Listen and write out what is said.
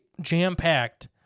jam-packed